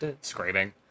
screaming